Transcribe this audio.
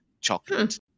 chocolate